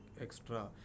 extra